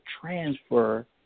transfer